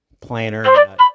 planner